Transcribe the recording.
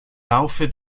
laufe